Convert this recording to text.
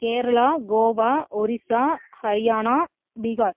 Kerala Goa Odisha Haryana Bihar